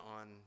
on